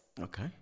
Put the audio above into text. Okay